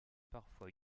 parfois